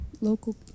local